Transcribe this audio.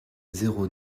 zéro